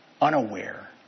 unaware